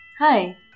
Hi